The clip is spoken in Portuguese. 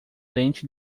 dente